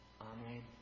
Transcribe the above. Amen